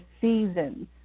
seasons